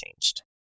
changed